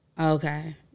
Okay